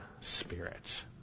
spirit